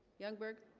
youngberg